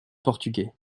portugais